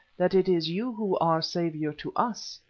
that it is you who are saviour to us.